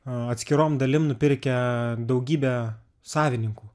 atskirom dalim nupirkę daugybę savininkų